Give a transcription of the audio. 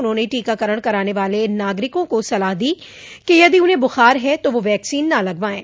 उन्होंने टीकाकरण कराने वाले नागरिकों को सलाह दी की यदि उन्हें बुखार है तो वह वैक्सीन न लगवाये